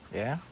yeah?